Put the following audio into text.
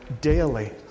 daily